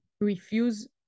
refuse